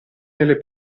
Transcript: nelle